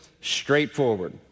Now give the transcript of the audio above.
straightforward